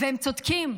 והם צודקים.